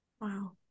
Wow